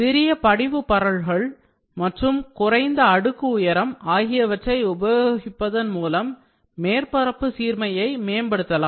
சிறிய படிவு பரல்கள் மற்றும் குறைந்த அடுக்கு உயரம் ஆகியவற்றை உபயோகிப்பதன் மூலம் மேற்பரப்பு சீர்மையை மேம்படுத்தலாம்